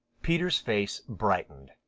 peter's face brightened.